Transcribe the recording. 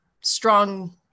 strong